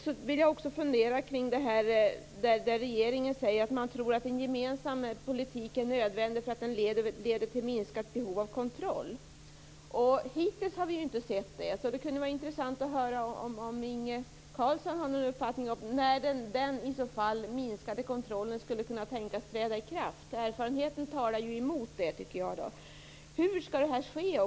Jag funderar också kring det regeringen säger om att en gemensam politik är nödvändig eftersom den leder till ett minskat behov av kontroll. Hittills har vi inte sett det. Det kunde vara intressant att höra om Inge Carlsson har någon uppfattning om när denna minskade kontroll i så fall skulle kunna tänkas träda i kraft. Erfarenheten talar ju emot detta, tycker jag. Hur skall detta ske?